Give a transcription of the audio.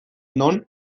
non